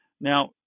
Now